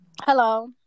Hello